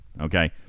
okay